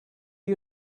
you